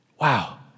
Wow